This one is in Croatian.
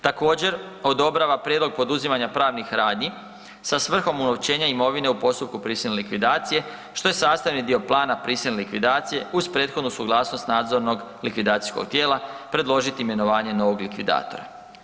Također, odobrava prijedlog poduzimanja pravnih radnji sa svrhom unovčenja imovine u postupku prisilne likvidacije, što je sastavni dio plana prisilne likvidacije uz prethodnu suglasnost nadzornog likvidacijskog tijela predložiti imenovanje novog likvidatora.